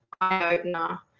eye-opener